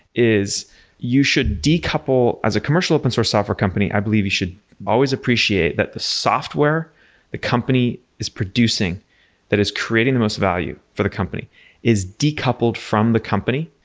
is you should decouple as a commercial open-source software company, i believe you should always appreciate that the software a company is producing that is creating the most value for the company is decoupled from the company,